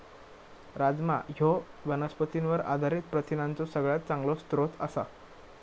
राजमा ह्यो वनस्पतींवर आधारित प्रथिनांचो सगळ्यात चांगलो स्रोत आसा